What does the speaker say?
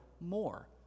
more